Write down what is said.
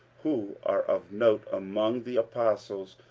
who are of note among the apostles,